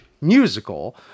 musical